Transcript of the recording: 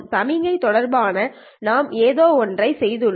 சமிக்ஞை தொடர்பாக நாம் ஏதோ ஒன்றை செய்துள்ளோம்